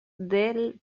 del